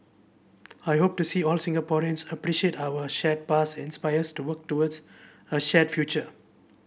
I hope to see all Singaporeans appreciate our shared past inspire us to work towards a shared future